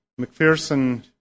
McPherson